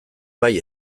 bai